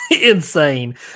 insane